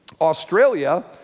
Australia